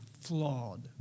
flawed